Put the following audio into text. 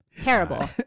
Terrible